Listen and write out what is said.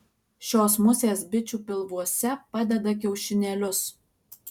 šios musės bičių pilvuose padeda kiaušinėlius